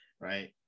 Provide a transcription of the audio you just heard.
right